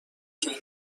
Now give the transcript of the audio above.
کلمه